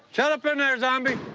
shut up in there, zombie!